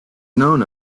known